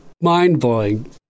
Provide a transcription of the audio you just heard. mind-blowing